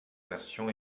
version